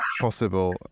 possible